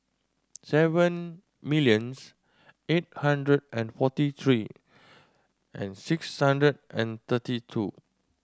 seven millions eight hundred and forty three and six hundred and thirty two